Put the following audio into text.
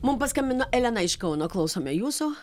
mum paskambino elena iš kauno klausome jūsų